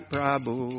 Prabhu